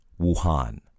Wuhan